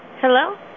Hello